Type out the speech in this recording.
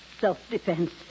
Self-defense